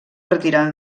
retirar